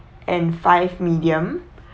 and five medium